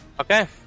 Okay